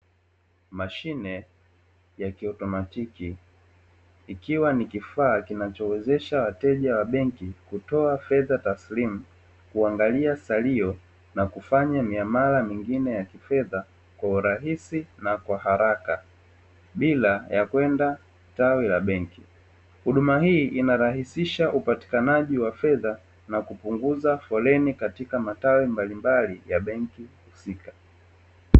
Mashine ya kiotomatiki ikiwa ni kifaa kinachowezesha wateja wa benki kutoa fedha taslimu, kuangalia salio na kufanya miamala mingine ya kifedha kwa urahisi na kwa haraka bila ya kwenda tawi la benki huduma hii inarahisisha upatikanaji wa fedha na kupunguza foleni katika matawi mbalimbali ya benki husika.